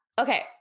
Okay